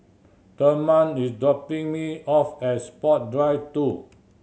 Therman is dropping me off at Sports Drive Two